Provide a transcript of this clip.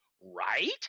right